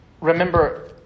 Remember